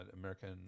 American